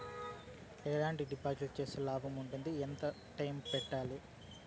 ఎట్లాంటి డిపాజిట్లు సేస్తే లాభం ఉంటుంది? ఎంత టైము పెట్టాలి?